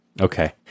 okay